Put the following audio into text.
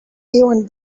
even